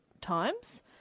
times